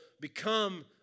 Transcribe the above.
become